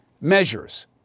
measures